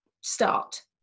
start